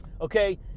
okay